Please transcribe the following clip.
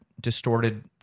distorted